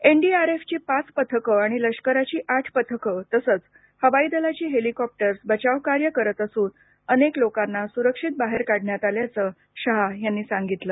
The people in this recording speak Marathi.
एनडीआरएफची पाच पथकं आणि लष्कराची आठ पथकं आणि हवाई दलाची हेलीकॉप्टर्स बचावकार्य करत असून अनेक लोकांना सुरक्षित बाहेर काढण्यात आल्याचं अमित शहा यांनी सांगितलं